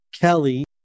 Kelly